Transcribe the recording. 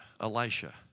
Elisha